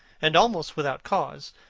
and almost without cause,